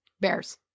bears